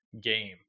game